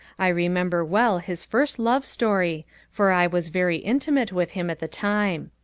i remember well his first love story for i was very intimate with him at the time.